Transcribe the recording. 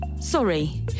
Sorry